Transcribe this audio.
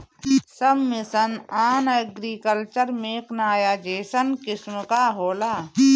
सब mission on agriculture mechanization scheme का होला?